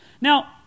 Now